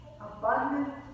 abundant